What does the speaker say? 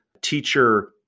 teacher